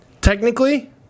Technically